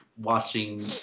watching